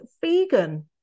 vegan